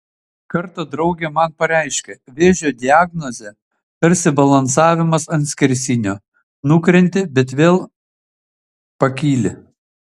kartą draugė man pareiškė vėžio diagnozė tarsi balansavimas ant skersinio nukrenti bet vėl pakyli